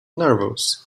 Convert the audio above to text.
nervous